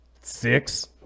six